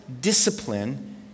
discipline